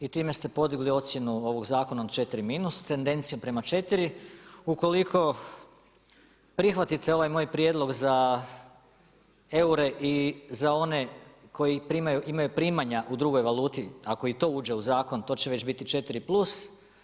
I time ste podigli ocjenu ovog zakona na 4 minus s tendencijom prema 4. Ukoliko prihvatite ovaj moj prijedlog za eure i za one koji imaju primanja u drugoj valuti, ako i to uđe u zakon to će već biti 4 plus.